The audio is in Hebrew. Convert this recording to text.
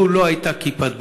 לו לא הייתה "כיפת ברזל",